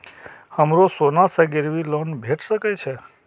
हमरो सोना से गिरबी लोन भेट सके छे?